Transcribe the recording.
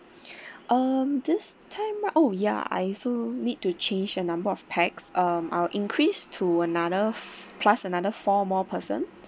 um this time round oh ya I also need to change the number of pax um I'll increase to another plus another four more person